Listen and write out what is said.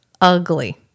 Ugly